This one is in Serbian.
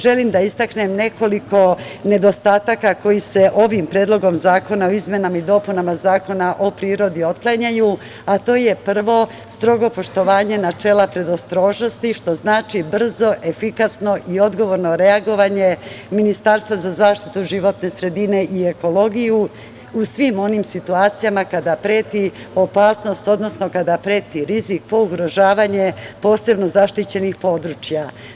Želim da istaknem nekoliko nedostataka koji se ovim predlogom zakona izmenama i dopunama Zakona o prirodi otklanjaju, a to je prvo, strogo poštovanje načela predostrožnosti što znači brzo, efikasno i odgovorno reagovanje Ministarstva za zaštitu životne sredine i ekologiju u svim onim situacijama kada preti opasnost, odnosno kada preti rizik po ugrožavanje posebno zaštićenih područja.